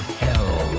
hell